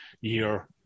year